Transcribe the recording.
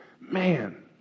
Man